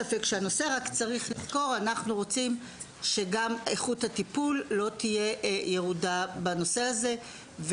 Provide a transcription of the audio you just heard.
צריך רק לזכור שאנחנו רוצים שגם איכות הטיפול לא תהיה ירודה בנושא הזה.